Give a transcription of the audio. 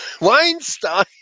Weinstein